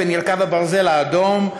/ ונרקב הברזל האדום,